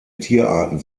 tierarten